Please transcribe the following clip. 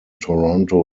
toronto